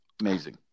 amazing